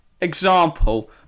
Example